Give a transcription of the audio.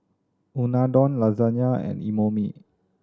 Unadon Lasagne and Imoni